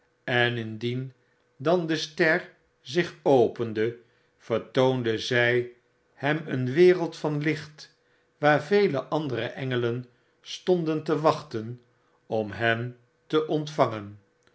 en indien dan de ster zich opende vertoonde zy hem een wereld van licht waar vele andere engelen stonden te wachten om hen te ontvangen